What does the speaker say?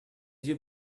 you